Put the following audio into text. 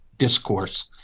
discourse